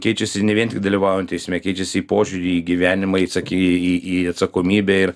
keičiasi ne vien tik dalyvaujant eisme keičiasi į požiūrį į gyvenimą į atsaki į į atsakomybę ir